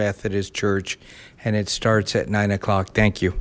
methodist church and it starts at nine o'clock thank you